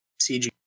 CG